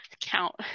count